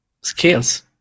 skills